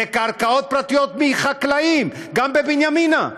וקרקעות פרטיות של חקלאים, גם בבנימינה.